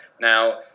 Now